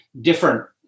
different